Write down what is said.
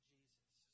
Jesus